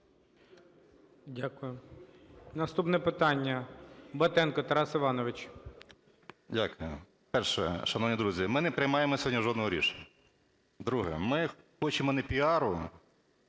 Дякую. Наступне питання, Батенко Тарас Іванович. 20:41:43 БАТЕНКО Т.І. Дякую. Перше. Шановні друзі, ми не приймаємо сьогодні жодного рішення. Друге. Ми хочемо не піару,